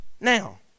Now